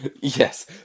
Yes